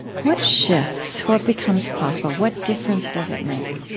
what shifts? what becomes possible? what difference does it make?